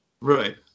Right